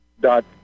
Dot